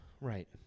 right